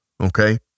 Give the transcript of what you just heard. Okay